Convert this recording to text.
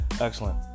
Excellent